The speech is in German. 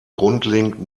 grundlegend